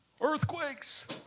earthquakes